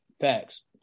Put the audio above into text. Facts